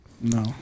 No